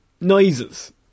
noises